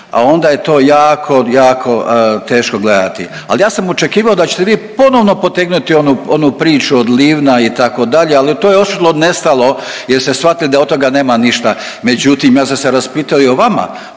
a onda je to jako, jako teško gledati. Al ja sam očekivao da ćete vi ponovno potegnuti onu priču od Livna itd., ali to je otišlo, nestalo jer ste shvatili da od toga nema ništa. Međutim, ja sam se raspitao i o vama.